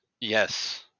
yes